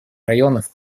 районов